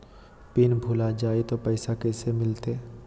Pin भूला जाई तो पैसा कैसे मिलते?